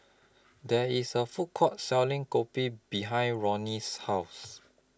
There IS A Food Court Selling Kopi behind Ronny's House